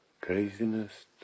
craziness